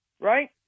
right